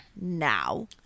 now